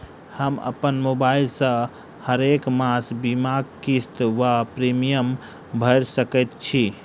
हम अप्पन मोबाइल सँ हरेक मास बीमाक किस्त वा प्रिमियम भैर सकैत छी?